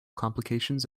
complications